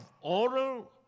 oral